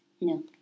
No